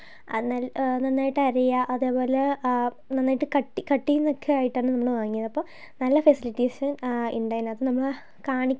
അത് നല്ല നന്നായിട്ട് അരയുക അതേപോലെ നന്നായിട്ട് കട്ടി കട്ടിയിൽ നിൽക്കാനായിട്ടാണ് നമ്മൾ വാങ്ങിയത് അപ്പം നല്ല ഫെസിലിറ്റീസ് ഉണ്ട് അതിനകത്ത് കാണിക്കുമ്പം